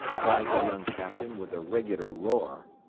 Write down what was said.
cried the young captain, with a regular roar.